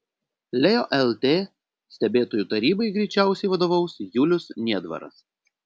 leo lt stebėtojų tarybai greičiausiai vadovaus julius niedvaras